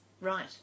Right